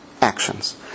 Actions